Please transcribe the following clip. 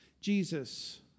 Jesus